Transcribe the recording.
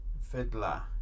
Fiddler